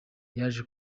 yaje